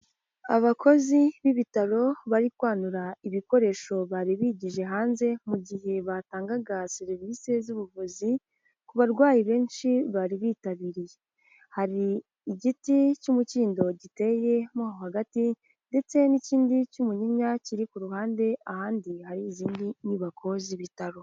Abakozi b'ibitaro bari kwanura ibikoresho bari bigije hanze mu gihe batangaga serivisi z'ubuvuzi ku barwayi benshi bari bitabiriye, hari igiti cy'umukindo giteye mo hagati ndetse n'ikindi cy'umunyinya kiri ku ruhande, ahandi hari izindi nyubako z'ibitaro.